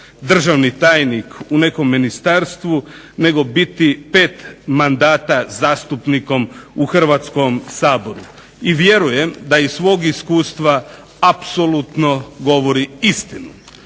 državni tajnik u nekom ministarstvu, nego biti 5 mandata zastupnikom u Hrvatskom saboru. I vjerujem da iz svog iskustva apsolutno govori istinu.